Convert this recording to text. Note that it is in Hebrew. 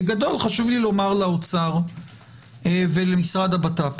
בגדול חשוב לי לומר לאוצר ולמשרד הבט"פ: